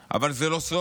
אבל זה לא סוד.